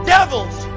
Devils